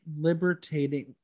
liberating